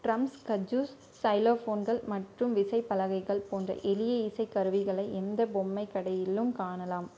drums kazoos சைலோஃபோன்கள் மற்றும் விசைப்பலகைகள் போன்ற எளிய இசைக்கருவிகளை எந்த பொம்மை கடையிலும் காணலாம்